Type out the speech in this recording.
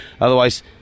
Otherwise